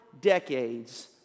decades